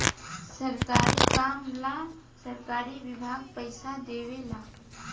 सरकारी काम ला सरकारी विभाग पइसा देवे ला